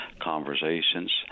conversations